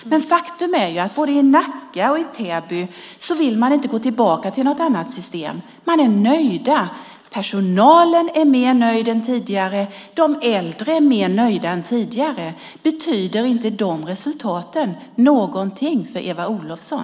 Faktum är att både i Nacka och i Täby vill man inte gå tillbaka till något annat system. De är nöjda. Personalen är mer nöjd än tidigare och de äldre är mer nöjda än tidigare. Betyder inte de resultaten någonting för Eva Olofsson?